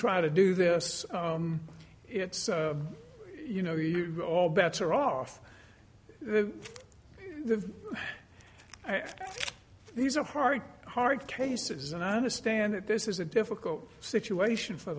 try to do this it's you know you go all bets are off the i think these are hard hard cases and i understand that this is a difficult situation for